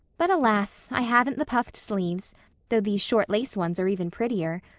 but, alas! i haven't the puffed sleeves though these short lace ones are even prettier.